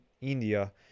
India